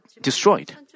destroyed